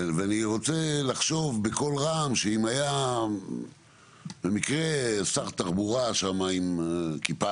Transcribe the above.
ואני רוצה לחשוב בקול רם שאם היה במקרה שר תחבורה שם עם כיפה